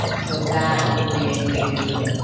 so that will be a major